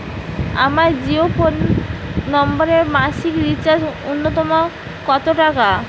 আমার জিও ফোন নম্বরে মাসিক রিচার্জ নূন্যতম কত টাকা?